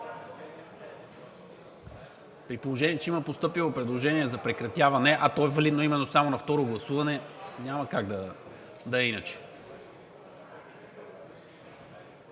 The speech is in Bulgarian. При положение че има постъпило предложение за прекратяване, а то е валидно именно само на второ гласуване, няма как да е иначе,